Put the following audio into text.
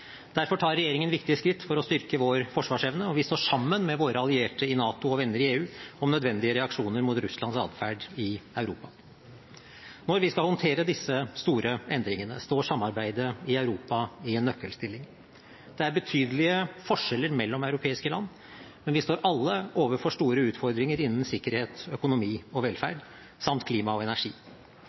Derfor tar regjeringen viktige skritt for å styrke vår forsvarsevne, og vi står sammen med våre allierte i NATO og venner i EU om nødvendige reaksjoner mot Russlands adferd i Europa. Når vi skal håndtere disse store endringene, står samarbeidet i Europa i en nøkkelstilling. Det er betydelige forskjeller mellom europeiske land, men vi står alle overfor store utfordringer innen sikkerhet, økonomi og velferd samt klima og energi.